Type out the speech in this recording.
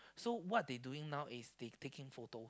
so what they doing now is they taking photos